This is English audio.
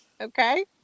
Okay